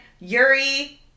Yuri